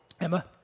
Emma